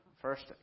First